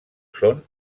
són